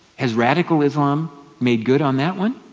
has radical islam made good on that one?